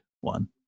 one